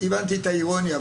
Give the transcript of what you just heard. הבנתי את האירוניה.